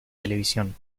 televisión